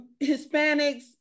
Hispanics